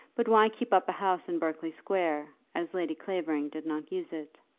but why keep up a house in berkeley square, as lady clavering did not use it?